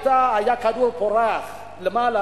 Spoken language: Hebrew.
היה כדור פורח למעלה,